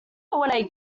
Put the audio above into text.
remember